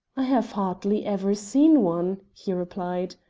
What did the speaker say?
i have hardly ever seen one, he replied.